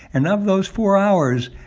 and of those four hours,